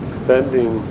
spending